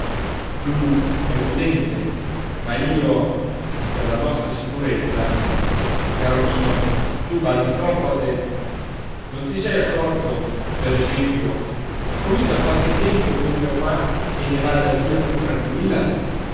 lulù è prudente ma io per la nostra sicurezza caro mio tu badi troppo a te non ti sei accorto per esempio com'io da qualche tempo venga qua e ne vada via più tranquilla